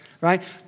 right